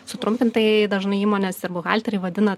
sutrumpintai dažnai įmonės ir buhalteriai vadina tai